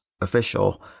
official